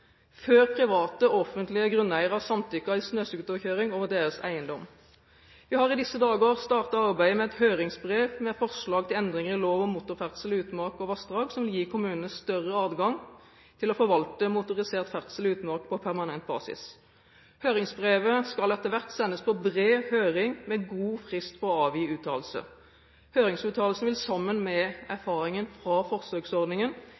offentlige grunneiere har samtykket i snøscooterkjøring for den del av traséen som gjelder deres eiendom.» Vi har i disse dager startet arbeidet med et høringsbrev med forslag til endringer i lov om motorferdsel i utmark og vassdrag, som vil gi kommunene større adgang til å forvalte motorisert ferdsel i utmark på permanent basis. Høringsbrevet skal etter hvert sendes på bred høring med god frist for å avgi uttalelse. Høringsuttalelsen vil, sammen med erfaringen fra forsøksordningen,